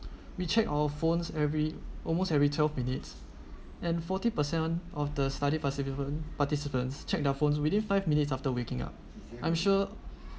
we check our phones every almost every twelve minutes and forty percent of the study participant participants check their phones within five minutes after waking up I'm sure